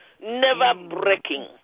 Never-breaking